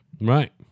Right